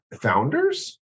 founders